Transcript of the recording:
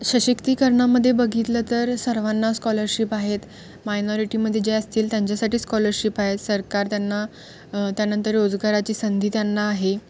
सशक्तीकरणामध्ये बघितलं तर सर्वांना स्कॉलरशिप आहेत मायनॉरिटीमध्ये जे असतील त्यांच्यासाठी स्कॉलरशिप आहेत सरकार त्यांना त्यानंतर रोजगाराची संधी त्यांना आहे